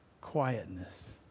quietness